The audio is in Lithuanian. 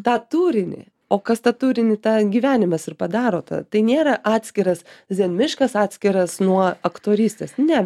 tą turinį o kas tą turinį tą gyvenimas ir padaro tą tai nėra atskiras zen miškas atskiras nuo aktorystės ne